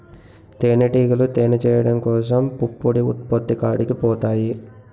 తేనిటీగలు తేనె చేయడం కోసం పుప్పొడి ఉత్పత్తి కాడికి పోతాయి